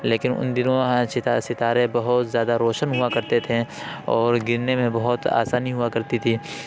لیکن ان دنوں آج ستارے بہت زیادہ روشن ہوا کرتے تھے اور گننے میں بہت آسانی ہوا کرتی تھی